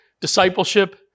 discipleship